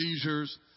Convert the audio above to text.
seizures